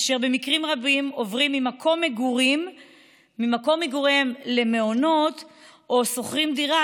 אשר במקרים רבים עוברים ממקום מגוריהם למעונות או שוכרים דירה,